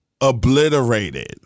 obliterated